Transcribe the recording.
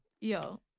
Yo